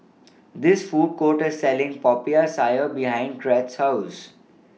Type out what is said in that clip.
This Food courter Selling Popiah Sayur behind Crete's House